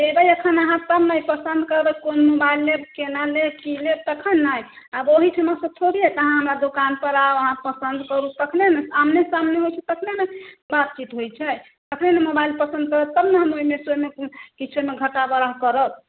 अयबै एखन अहाँ तब ने पसन्द करबै कोन मोबाइल लेब केना लेब की लेब तखन ने आब ओहीठमासँ थोड़े हैत अहाँ हमर दोकानपर आउ अहाँ पसन्द करू तखने ने आमने सामने होइत छै तखने ने बातचीत होइत छै तखन ने मोबाइल पसन्द पड़त तब ने हम ओहिमे सँ किछोमे घटा बढ़ा करब